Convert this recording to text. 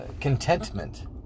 Contentment